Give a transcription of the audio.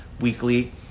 weekly